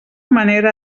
manera